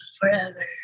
Forever